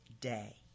day